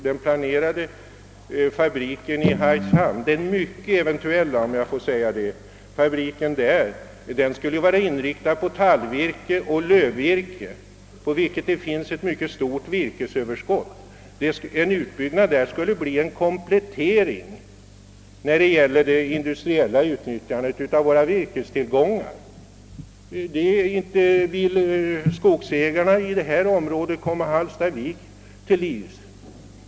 Den planerade, mycket eventuella, fabriken i Hargshamn, skulle vara inriktad på tallvirke och lövvirke, där det finns ett mycket stort virkesöverskott, och alltså utgöra en komplettering av möjlighe terna att industriellt utnyttja vära virkestillgångar. Inte vill skogsägarna i det här området komma Hallstavik till livs.